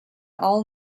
all